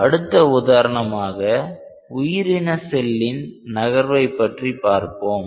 அடுத்த உதாரணமாக உயிரின செல்லின் நகர்வை பற்றி பார்ப்போம்